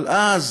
אבל אז